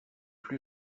plu